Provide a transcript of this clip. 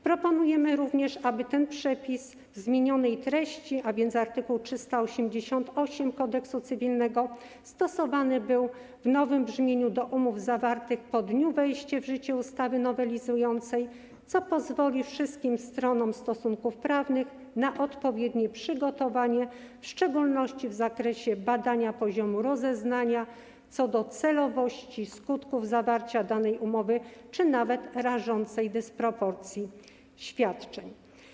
Proponujemy również, aby ten przepis w zmienionej treści, a więc art. 388 Kodeksu cywilnego, był stosowany w nowym brzmieniu do umów zawartych po dniu wejścia w życie ustawy nowelizującej, co pozwoli wszystkim stronom stosunków prawnych na odpowiednie przygotowanie, w szczególności w zakresie badania poziomu rozeznania co do celowości skutków zawarcia danej umowy czy nawet rażącej dysproporcji świadczeń.